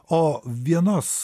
o vienos